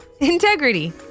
Integrity